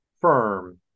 firm